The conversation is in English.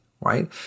right